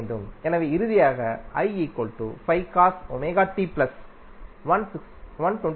எனவே இறுதியாக Aஆக மாறும்